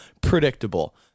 predictable